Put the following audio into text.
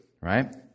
right